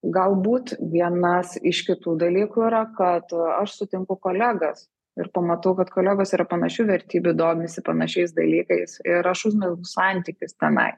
galbūt vienas iš kitų dalykų yra kad aš sutinku kolegas ir pamatau kad kolegos yra panašių vertybių domisi panašiais dalykais ir aš uzmezgu santykius tenai